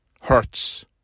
hurts